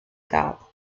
gab